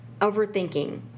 overthinking